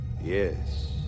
Yes